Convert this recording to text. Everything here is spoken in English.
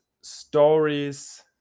stories